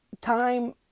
time